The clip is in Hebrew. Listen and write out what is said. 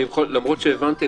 למרות שהבנתי,